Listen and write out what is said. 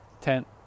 tent